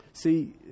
See